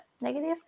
negative